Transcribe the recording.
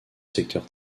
secteur